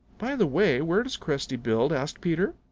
by the way, where does cresty build? asked peter.